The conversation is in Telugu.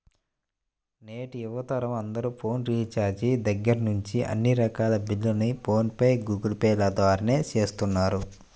నేటి యువతరం అందరూ ఫోన్ రీఛార్జి దగ్గర్నుంచి అన్ని రకాల బిల్లుల్ని ఫోన్ పే, గూగుల్ పే ల ద్వారానే చేస్తున్నారు